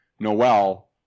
Noel